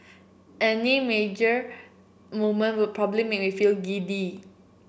any major movement would probably make me feel giddy